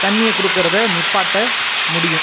தண்ணியை கொடுக்கிறத நிப்பாட்ட முடியும்